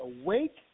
awake